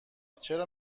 چرا